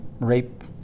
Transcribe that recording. rape